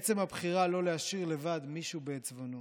עצם הבחירה לא להשאיר לבד מישהו בעצבונו,